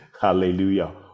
Hallelujah